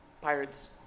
pirates